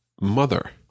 Mother